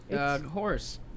horse